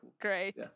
Great